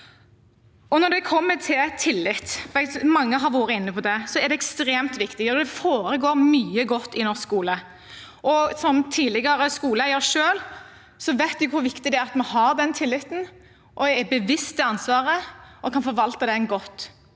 har vært inne på, er det ekstremt viktig, og det foregår mye godt i norsk skole. Som tidligere skoleeier selv vet jeg hvor viktig det er at vi har den tilliten, er bevisst det ansvaret og kan forvalte det godt.